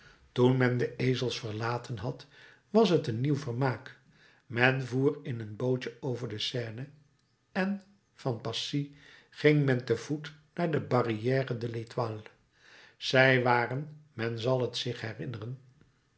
toen men de ezels verlaten had was t een nieuw vermaak men voer in een bootje over de seine en van passy ging men te voet naar de barrière de l'étoile zij waren men zal t zich herinneren